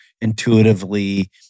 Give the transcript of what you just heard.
intuitively